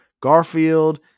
Garfield